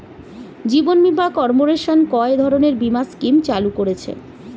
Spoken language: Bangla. জীবন বীমা কর্পোরেশন কয় ধরনের বীমা স্কিম চালু করেছে?